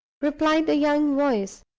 replied the young voice,